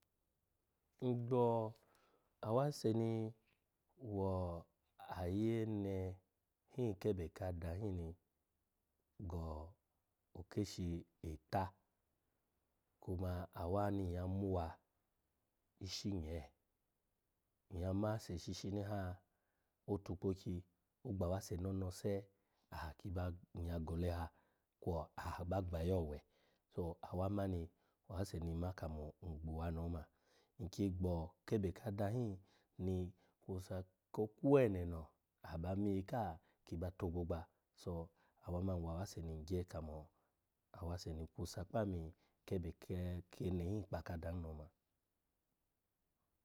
Ngbo awase ni wo, ayene hin kebe ka ada hin ni, go okeshi eta, kuma awa ni nyya muwa, ishi nyee, nyya ase shishi ha otukpokyi, ogba awase no onose aha ki ba nyya gole ha kwo aha ba gbayi owe, so, awa manu, wa awase ni nma kamo ngbuwa no oma. Nki gbo kebe ka adan ni kusa ko kwoweneno aba miyika kiba togbogba, so awa man wa awase ni ngye kamo awase ni kusa kpa ami kebe ke ke ene hin kpa aka ada hin no oma.